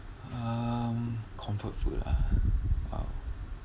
um comfort food ah !wow!